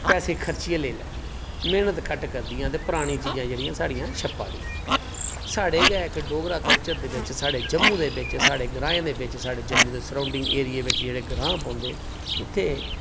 पैसे खर्च करी लेई लैंदियां मैह्नत घट्ट करदियां ते नमीं चीजां साढ़ियां छप्पै दियां साढ़े गै इक डोगरा कल्चर दे बिच जम्मू च जेह्ड़े ग्रां पौंदे साढ़े सराउंडिंग दे बिच जेह्ड़े ग्रांऽ पौंदे उत्थै